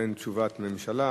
באין תשובת ממשלה,